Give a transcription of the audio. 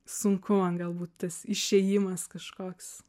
sunku man galbūt tas išėjimas kažkoks